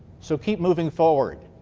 so keep moving forward.